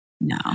No